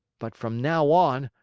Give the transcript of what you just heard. but from now on,